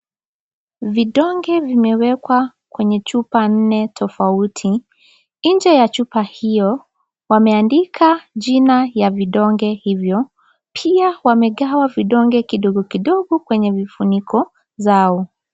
Vidonge vimewekwa kwenye chupa nne tofauti. Nje ya chupa hiyo wameandika jina ya vidonge hivyo. Pia wamegawa vidonge kidogo kidogo kwenye vifuniko zao.